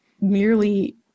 merely